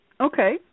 Okay